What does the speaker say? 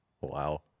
Wow